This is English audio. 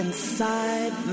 Inside